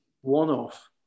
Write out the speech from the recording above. one-off